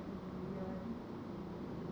easy one